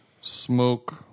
smoke